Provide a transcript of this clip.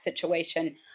situation